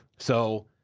so,